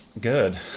good